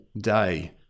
day